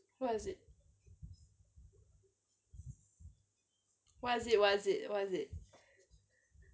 what is it what is it what is it what is it